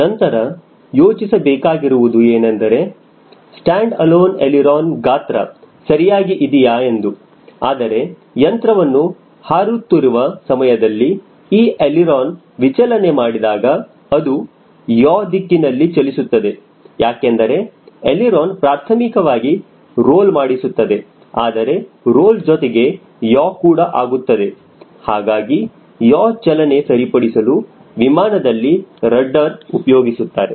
ನಂತರ ಯೋಚಿಸಬೇಕಾಗಿರುವುದು ಏನೆಂದರೆ ಸ್ಟ್ಯಾಂಡ್ ಅಲೋನ್ ಎಳಿರೋನ ಗಾತ್ರ ಸರಿಯಾಗಿ ಇದೆಯಾ ಎಂದು ಆದರೆ ಯಂತ್ರವನ್ನು ಹಾರುತ್ತಿರುವ ಸಮಯದಲ್ಲಿ ಈ ಎಳಿರೋನ ವಿಚಲನೆ ಮಾಡಿದಾಗ ಅದು ಯ ದಿಕ್ಕಿನಲ್ಲಿ ಚಲಿಸುತ್ತದೆ ಯಾಕೆಂದರೆ ಎಳಿರೋನ ಪ್ರಾಥಮಿಕವಾಗಿ ರೋಲ್ ಮಾಡಿಸುತ್ತದೆ ಆದರೆ ರೋಲ್ ಜೊತೆಗೆ ಯ ಕೂಡ ಆಗುತ್ತದೆ ಹಾಗಾಗಿ ಯ ಚಲನೆ ಸರಿಪಡಿಸಲು ವಿಮಾನನಲ್ಲಿ ರಡ್ಡರ ಉಪಯೋಗಿಸುತ್ತಾರೆ